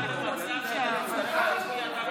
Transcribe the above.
הבאת את עצמך למצב שאתה תצטרך להצביע לבד.